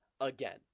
again